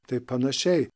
taip panašiai